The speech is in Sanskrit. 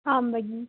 आं भगिनि